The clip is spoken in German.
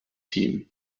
team